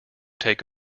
take